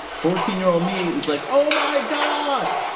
fourteen year old me is like oh my god.